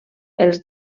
els